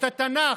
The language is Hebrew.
את התנ"ך.